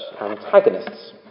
antagonists